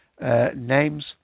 names